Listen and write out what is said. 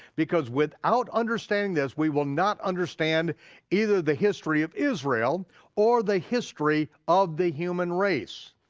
because without understanding this we will not understand either the history of israel or the history of the human race.